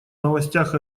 новостях